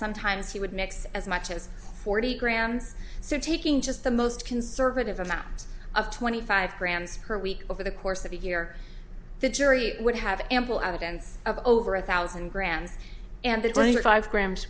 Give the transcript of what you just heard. sometimes he would mix as much as forty grams so taking just the most conservative amount of twenty five grams per week over the course of a year the jury would have ample evidence of over a thousand grams and the twenty five grams